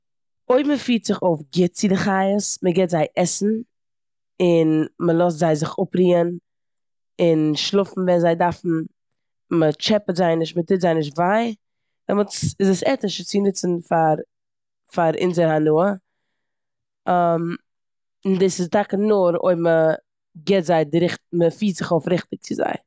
אויב מ'פירט זיך אויף גוט צו די חיות, מ'גיבט זיי עסן און מ'לאזט זיי זיך אפרוען און שלאפן ווען זיי דארפן, מ'טשעפעט זיי נישט, מ'טוט זיי נישט וויי דעמאלטס איז עס עטיש עס צו נוצן פאר- פאר אונזער הנאה און דאס איז טאקע נאר אויב מ'גיבט זיי די ריכ- מ'פירט זיך אויף ריכטיג צו זיי.